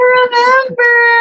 remember